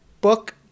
book